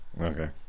Okay